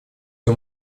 всю